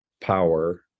power